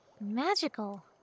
magical